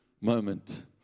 moment